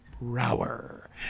Rower